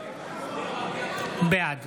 בעד